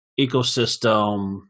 ecosystem